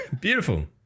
Beautiful